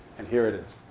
and here it is.